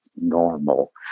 normal